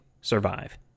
survive